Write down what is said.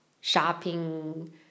Shopping